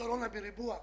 קורונה בריבוע.